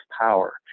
power